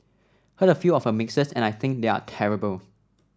heard a few of her mixes and I think they are terrible